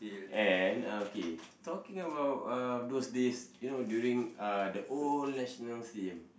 and uh okay talking about uh those days you know during uh the old National-Stadium